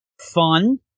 fun